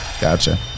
Gotcha